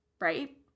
right